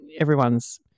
everyone's